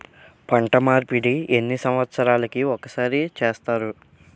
పంట మార్పిడి ఎన్ని సంవత్సరాలకి ఒక్కసారి చేస్తారు?